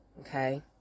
okay